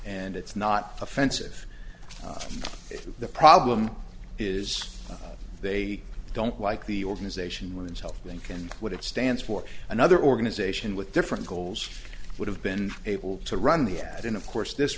and it's not offensive if the problem is they don't like the organization women's health link and what it stands for another organization with different goals would have been able to run the ad and of course this